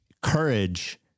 courage